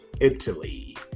Italy